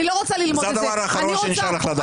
זה הדבר האחרון שנשאר לך לדעת.